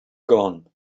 gone